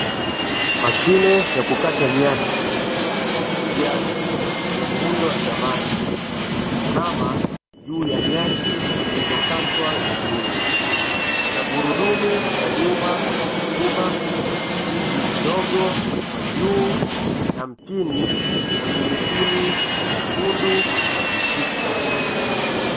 Mashine ya kukata nyasi ya kijani yenye muundo wa zamani, imesimama juu ya nyasi zilizokatwa vizuri. Ina gurudumu la nyuma la kusukuma injini ndogo kwa juu na mpini wenye mipini myekundu ya kushika.